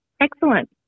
Excellent